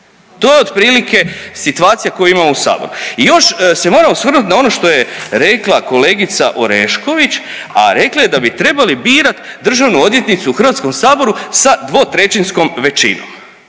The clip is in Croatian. To je otprilike situacija koju imamo u saboru. I još se moram osvrnut na ono što je rekla kolegica Orešković, a rekla je da bi trebali birat državnu odvjetnicu u HS sa dvotrećinskom većinom,